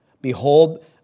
Behold